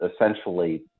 essentially